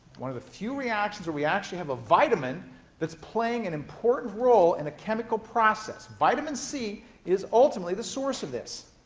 one of the few reactions where we actually have a vitamin that's playing an important role in a chemical process. vitamin c is ultimately the source of this.